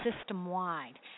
system-wide